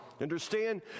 Understand